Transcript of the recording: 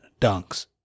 dunks